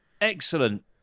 Excellent